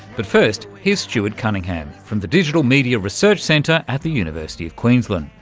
but first here's stuart cunningham from the digital media research centre at the university of queensland.